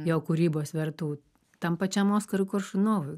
jo kūrybos vertų tam pačiam oskarui koršunovui